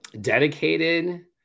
dedicated